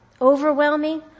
overwhelming